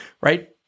right